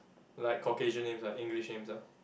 like Caucasian names ah English names ah